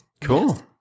Cool